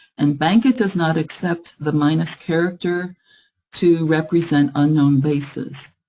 and bankit does not accept the minus character to represent unknown bases.